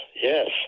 yes